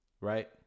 Right